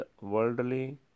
worldly